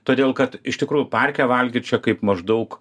todėl kad iš tikrųjų parke valgyt čia kaip maždaug